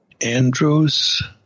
Andrews